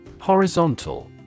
Horizontal